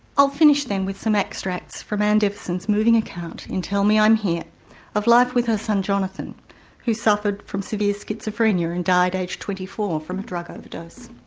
i'll finish then with some extracts from anne deveson's moving account in, tell me i'm here of life with her son jonathan who suffered from severe schizophrenia and died aged twenty four from drug overdose.